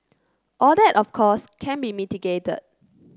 all that of course can be mitigated